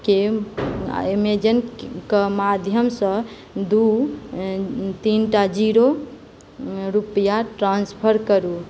के एमेजनके माध्यमसँ दू तीनटा जीरो रुपैआ ट्रांसफर करू